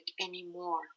anymore